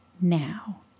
now